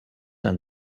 and